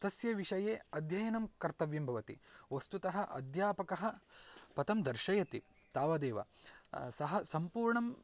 तस्य विषये अध्ययनं कर्तव्यं भवति वस्तुतः अध्यापकः पथं दर्शयति तावदेव सः संपूर्णं